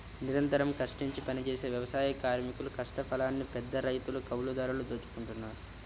నిరంతరం కష్టించి పనిజేసే వ్యవసాయ కార్మికుల కష్టఫలాన్ని పెద్దరైతులు, కౌలుదారులు దోచుకుంటన్నారు